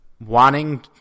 wanting